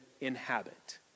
inhabit